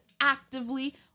actively